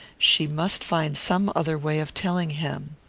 she must find some other way of telling him.